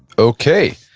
okay,